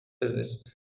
business